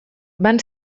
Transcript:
van